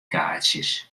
kaartsjes